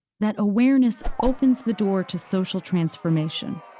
that awareness opens the door to social transformation.